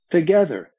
Together